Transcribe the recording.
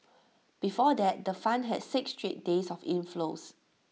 before that the fund had six straight days of inflows